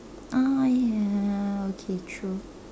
ah ya okay true